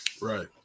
right